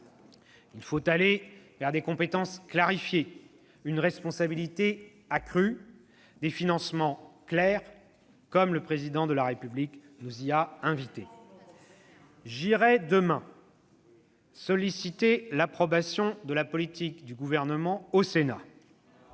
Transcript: Il faut aller vers des compétences clarifiées, une responsabilité accrue, des financements clairs, comme le Président de la République nous y a invités. » Depuis le temps qu'on entend ça !« J'irai demain solliciter l'approbation de la politique du Gouvernement au Sénat.